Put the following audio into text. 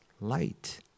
light